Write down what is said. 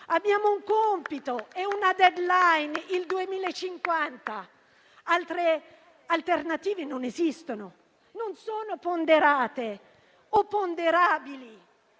Abbiamo un compito e una *deadline*, il 2050; altre alternative non esistono, non sono ponderate o ponderabili.